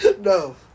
No